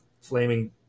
flaming